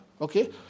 okay